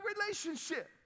relationship